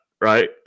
right